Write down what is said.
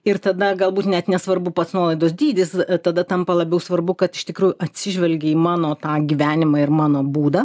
ir tada galbūt net nesvarbu pats nuolaidos dydis tada tampa labiau svarbu kad iš tikrųjų atsižvelgė į mano tą gyvenimą ir mano būdą